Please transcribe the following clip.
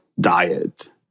diet